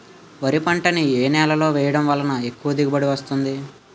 వరి పంట ని ఏ నేలలో వేయటం వలన ఎక్కువ దిగుబడి వస్తుంది?